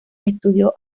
estudió